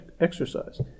exercise